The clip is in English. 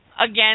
Again